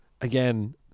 Again